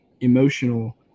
emotional